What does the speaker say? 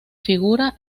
figura